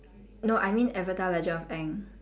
no I mean avatar legend of aang